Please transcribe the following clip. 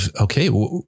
Okay